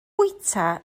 bwyta